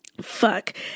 Fuck